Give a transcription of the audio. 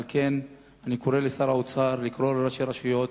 על כן, אני קורא לשר האוצר לקרוא לראשי הרשויות,